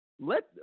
Let